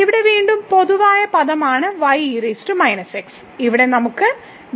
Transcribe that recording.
ഇവിടെ വീണ്ടും പൊതുവായ പദമാണ് ഇവിടെ നമുക്ക് ഉണ്ട്